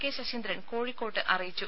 K Saseendran കോഴിക്കോട്ട് അറിയിച്ചു